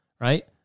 right